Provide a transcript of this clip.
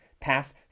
pass